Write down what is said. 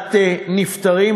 עמלת נפטרים,